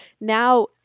Now